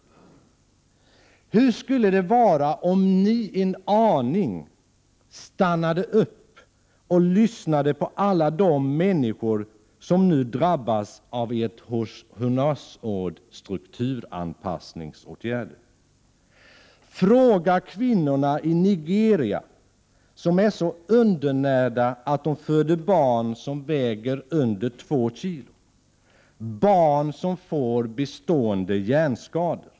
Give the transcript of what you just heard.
Hur skulle det vara om ni en aning stannade upp och lyssnade på alla de människor som nu drabbas av ert honnörsord strukturanpassningsåtgärder? Fråga kvinnorna i Nigeria som är så undernärda att de föder barn som väger under 2 kg — barn som får bestående hjärnskador.